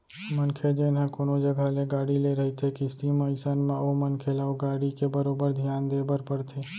मनखे जेन ह कोनो जघा ले गाड़ी ले रहिथे किस्ती म अइसन म ओ मनखे ल ओ गाड़ी के बरोबर धियान देय बर परथे